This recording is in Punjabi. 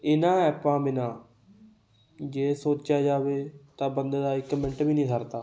ਇਹਨਾਂ ਐਪਾਂ ਬਿਨਾ ਜੇ ਸੋਚਿਆ ਜਾਵੇ ਤਾਂ ਬੰਦੇ ਦਾ ਇੱਕ ਮਿੰਟ ਵੀ ਨਹੀਂ ਸਰਦਾ